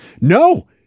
No